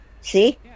See